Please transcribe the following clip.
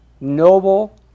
noble